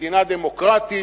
"מדינה דמוקרטית",